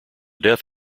death